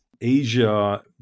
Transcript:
Asia